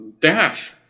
Dash